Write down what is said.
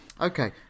Okay